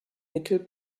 mittel